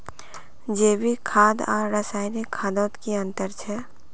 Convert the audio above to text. जैविक खाद आर रासायनिक खादोत की अंतर छे?